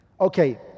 Okay